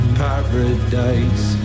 paradise